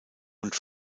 und